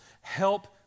Help